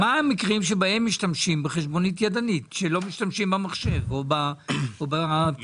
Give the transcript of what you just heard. בהם משתמשים בחשבונית ידנית ולא משתמשים במחשב או בפלאפון?